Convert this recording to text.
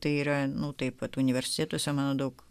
tai yra nu taip vat universitetuose mano daug